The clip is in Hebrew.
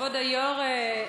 כבוד היושב-ראש,